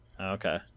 Okay